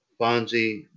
Fonzie